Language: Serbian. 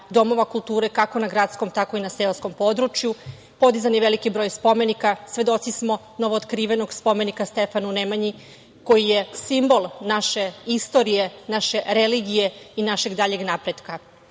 domova kulture, kako na gradskom, tako i na seoskom području, podizan je veliki broj spomenika, svedoci smo novootkrivenog spomenika Stefanu Nemanji, koji je simbol naše istorije, naše religije i našeg daljeg napretka.U